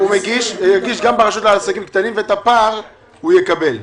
שהגיש גם ברשות לעסקים קטנים, ואת הפער הוא יקבל.